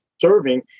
serving